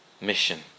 mission